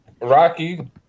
Rocky